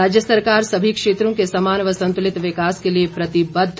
राज्य सरकार सभी क्षेत्रों के समान व संतुलित विकास के लिए प्रतिबद्ध